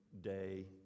day